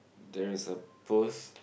there is a post